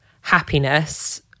happiness